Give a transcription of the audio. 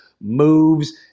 moves